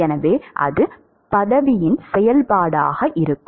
எனவே அது பதவியின் செயல்பாடாக இருக்கும்